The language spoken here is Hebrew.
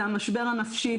זה המשבר הנפשי.